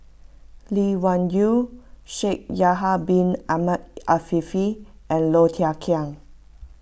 Lee Wung Yew Shaikh Yahya Bin Ahmed Afifi and Low Thia Khiang